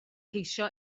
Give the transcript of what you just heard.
ceisio